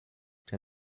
der